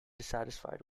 dissatisfied